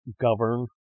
govern